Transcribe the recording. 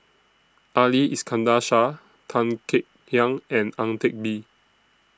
Ali Iskandar Shah Tan Kek Hiang and Ang Teck Bee